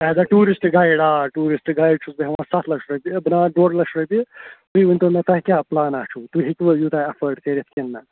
as a tourist guide آ tourist guide چھُس بہٕ ہٮ۪وان سَتھ لچھ رۅپیہِ اَتھ بنان ڈۅڈ لچھ رۅپیہِ تُہۍ ؤنۍ تَو مےٚ تۅہہِ کیٛاہ پُلانا چھُو تُہۍ ہیٚکِوٕ اِیوٗتاہ ایٚفٲڑ کٔرِتھ کِنہٕ نہَ